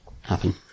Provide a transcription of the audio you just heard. happen